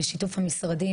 בשיתוף המשרדים,